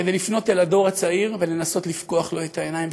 כדי לפנות אל הדור הצעיר ולנסות לפקוח לו את העיניים,